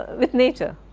with nature.